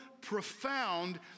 profound